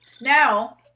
Now